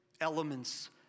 elements